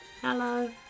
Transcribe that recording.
Hello